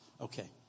Okay